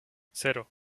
cero